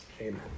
amen